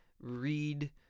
read